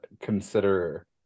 consider